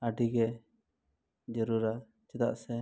ᱟᱹᱰᱤ ᱜᱮ ᱡᱟᱹᱨᱩᱲᱟ ᱪᱮᱫᱟᱜ ᱥᱮ